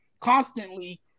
Constantly